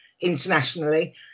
internationally